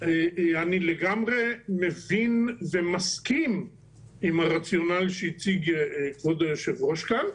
אני לגמרי מבין ומסכים עם הרציונל שהציג כבוד היושב-ראש כאן,